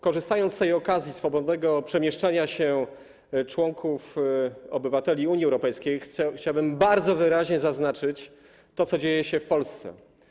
Korzystając z okazji swobodnego przemieszczania się członków obywateli Unii Europejskiej, chciałbym bardzo wyraźnie zaznaczyć to, co dzieje się w Polsce.